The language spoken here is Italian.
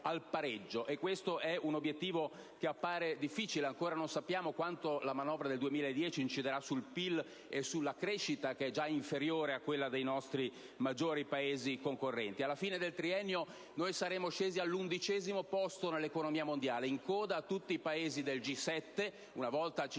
al pareggio. Questo obiettivo appare difficile, perché ancora non sappiamo quanto la manovra del 2010 inciderà sul PIL e sulla crescita, che è già inferiore a quella dei nostri maggiori Paesi concorrenti. Alla fine del triennio saremo scesi all'11° posto nell'economia mondiale, in coda non solo a tutti gli